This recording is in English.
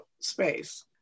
space